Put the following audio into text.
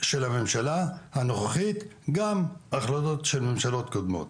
בהחלטות הממשלה הנוכחית וגם בהחלטות של ממשלות קודמות.